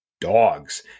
dogs